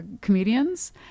comedians